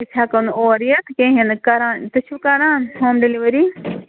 أُسۍ ہٮ۪کو نہٕ اور یِتھ کِہیٖنۍ نہٕ کَران تُہۍ چھُو کَران ہوم ڈیٚلؤری